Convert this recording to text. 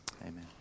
Amen